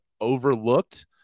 overlooked